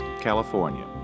California